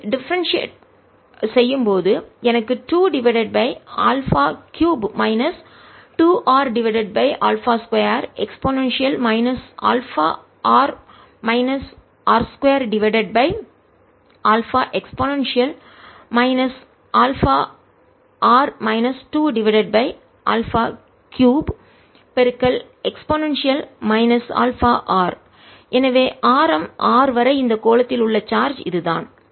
இது டிஃபரண்டியட் செய்யும் போது எனக்கு 2 divided by alpha cube minus 2 r divided by alpha 2 e α r minus r 2 divided by alpha e α r minus 2 divided by alpha cube e α rஎனவே ஆரம் r வரை இந்த கோளத்தில் உள்ள சார்ஜ் இதுதான்